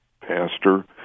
pastor